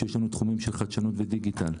ויש לנו תחומים של חדשנות ודיגיטל,